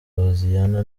hoziana